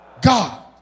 God